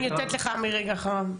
אני נותנת לך אמיר רגע אחריו.